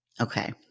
okay